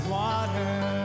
water